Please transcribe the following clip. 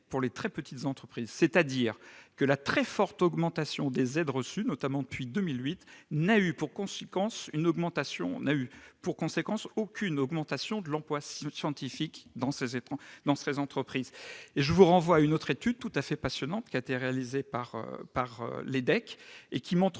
pour les très petites entreprises. La très forte augmentation des aides reçues, notamment depuis 2008, n'a eu pour conséquence aucune augmentation de l'emploi scientifique dans ces entreprises. Selon une autre étude tout à fait passionnante réalisée par l'Edhec, la forte